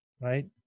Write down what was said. Right